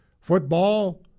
football